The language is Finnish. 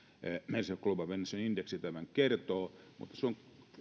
mercer global pension index tämän kertoo mutta se on